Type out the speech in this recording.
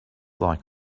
like